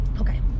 Okay